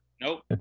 Nope